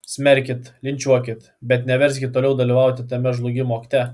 smerkit linčiuokit bet neverskit toliau dalyvauti tame žlugimo akte